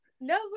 no